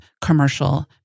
commercial